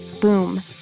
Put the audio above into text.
Boom